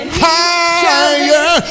higher